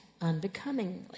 unbecomingly